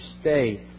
stay